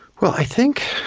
well, i think